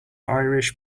irish